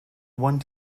one